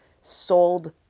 sold